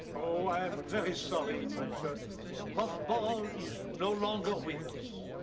oh, i'm very sorry but puffball is no longer with us.